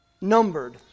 numbered